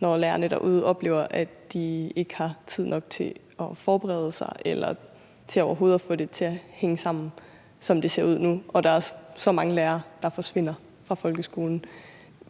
når lærerne derude oplever, at de ikke har tid nok til at forberede sig eller til overhovedet at få det til at hænge sammen, som det ser ud nu, hvor der også er så mange lærere, der forsvinder fra folkeskolen.